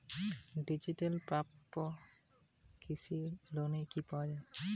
Diesel pump কৃষি লোনে কি পাওয়া য়ায়?